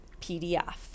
PDF